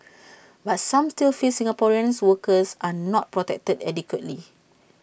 but some still feel Singaporeans workers are not protected adequately